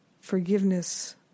forgiveness